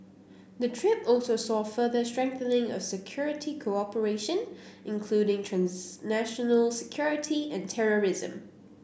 the trip also saw further strengthening of security cooperation including transnational security and terrorism